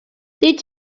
did